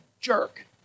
jerk